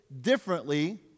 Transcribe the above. differently